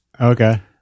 Okay